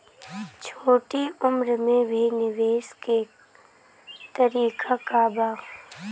छोटी उम्र में भी निवेश के तरीका क बा?